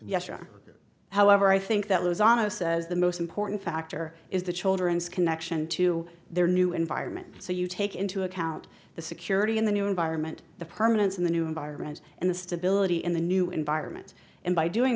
yes sure however i think that lozano says the most important factor is the children's connection to their new environment so you take into account the security in the new environment the permanence of the new environment and the stability in the new environment and by doing